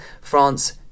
France